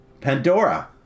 Pandora